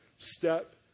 Step